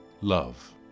love